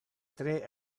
tre